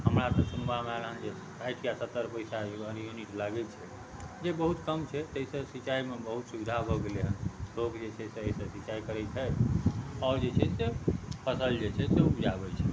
हमरा तऽ सुनबामे आयल हन जे साठि या सत्तरि पैसा पर यूनिट लागैत छै जे बहुत कम छै तै से सिंचाइमे बहुत सुविधा भऽ गेलै हन लोक जे छै से एहिसँ सिंचाइ करैत छथि आओर ओ जे छै फसल जे छै से उपजाबैत छथि